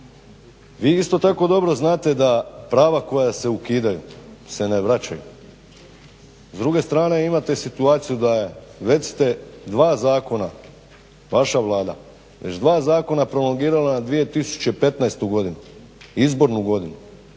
Vi isto tako dobro znate da prava koja se ukidaju se ne vraćaju, s druge strane imate situaciju da već ste dva zakona, vaša Vlada već dva zakona prolongirala 2015. godinu, izbornu godinu